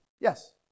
Yes